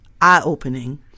eye-opening